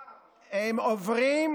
לנשים,